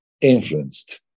influenced